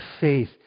faith